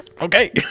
okay